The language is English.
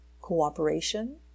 cooperation